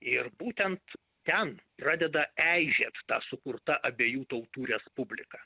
ir būtent ten pradeda eižėt ta sukurta abiejų tautų respublika